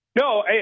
No